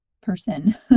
person